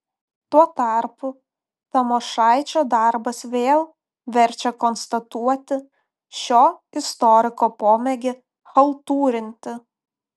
tuo tarpu tamošaičio darbas vėl verčia konstatuoti šio istoriko pomėgį chaltūrinti